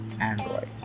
Android